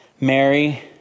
Mary